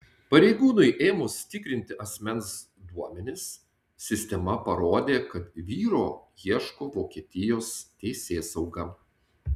pareigūnui ėmus tikrinti asmens duomenis sistema parodė kad vyro ieško vokietijos teisėsauga